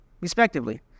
respectively